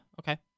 okay